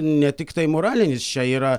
ne tiktai moralinis čia yra